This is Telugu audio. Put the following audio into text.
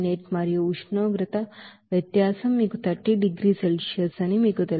98 మరియు ఉష్ణోగ్రత వ్యత్యాసం మీకు 30 డిగ్రీల సెల్సియస్ అని మీకు తెలుసు